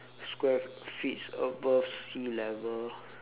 square feet's above sea level